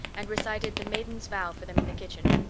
and recited the maiden's vow for them in the kitchen.